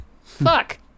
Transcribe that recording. Fuck